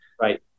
Right